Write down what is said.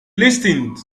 listened